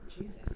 Jesus